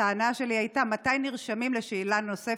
הטענה שלי הייתה מתי נרשמים לשאלה נוספת,